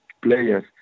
players